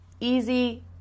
easy